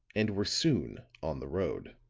and were soon on the road.